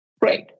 Great